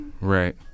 right